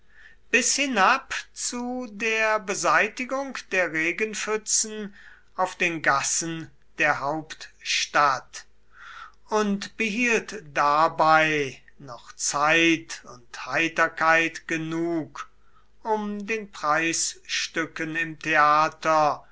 bis hinab zu der beseitigung der regenpfützen auf den gassen der hauptstadt und behielt dabei noch zeit und heiterkeit genug um den preisstücken im theater